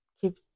keep